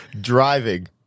Driving